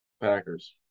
Packers